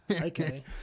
okay